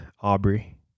Aubrey